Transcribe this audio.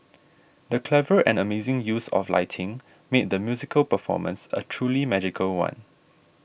the clever and amazing use of lighting made the musical performance a truly magical one